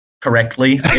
correctly